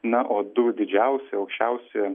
na o du didžiausi aukščiausi